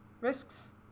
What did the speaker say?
risks